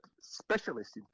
specialist